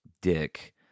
dick